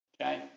Okay